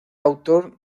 autor